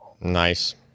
Nice